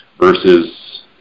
versus